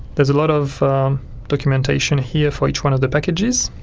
there's a lot of documentation here for each one of the packages.